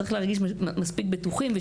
מספיק בטוחות.